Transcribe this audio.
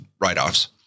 write-offs